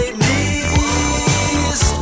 knees